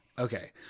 Okay